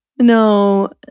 no